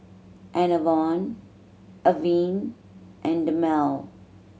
Enervon Avene and Dermale